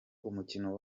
umukino